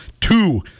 two